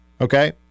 Okay